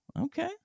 Okay